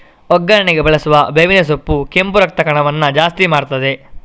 ಒಗ್ಗರಣೆಗೆ ಬಳಸುವ ಬೇವಿನ ಸೊಪ್ಪು ಕೆಂಪು ರಕ್ತ ಕಣವನ್ನ ಜಾಸ್ತಿ ಮಾಡ್ತದೆ